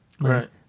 Right